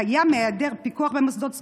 קיים היעדר פיקוח במוסדות סגורים,